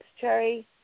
Cherry